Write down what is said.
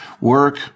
work